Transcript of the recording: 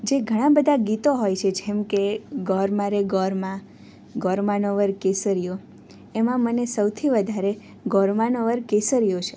જે ઘણાં બધા ગીતો હોય છે જેમકે ગોર મા રે ગોર મા ગોર માનો કેસરિયો એમાં મને સૌથી વધારે ગોર માનો વર કેસરિયો છે